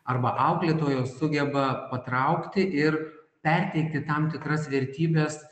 arba auklėtojos sugeba patraukti ir perteikti tam tikras vertybes